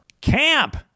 Camp